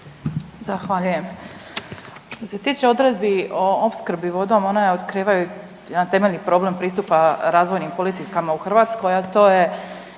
Zahvaljujem.